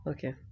Okay